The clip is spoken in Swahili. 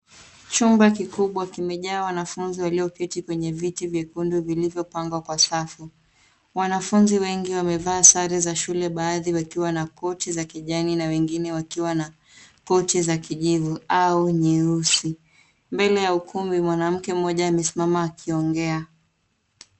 Chumba kikubwa kimejaa wanafunzi walioketi kwenye viti vyekundu vilivyopangwa kwa safu. Wanafunzi wengi wamevaa sare za shule baadhi wakiwa na koti za kijani na wengine wakiwa na koti za kijivu au nyeusi. Mbele ya ukumbi mwanamke mmoja amesimama akiongea.